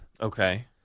Okay